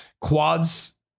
quads